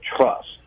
trust